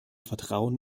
vertrauen